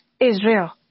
Israel